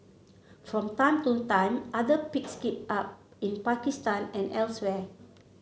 from time to time other picks it up in Pakistan and elsewhere